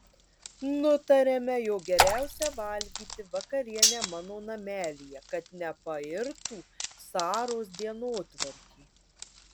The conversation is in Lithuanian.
nutariame jog geriausia valgyti vakarienę mano namelyje kad nepairtų saros dienotvarkė